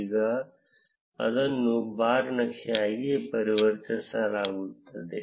ಈಗ ಅದನ್ನು ಬಾರ್ ನಕ್ಷೆ ಆಗಿ ಪರಿವರ್ತಿಸಲಾಗುತ್ತದೆ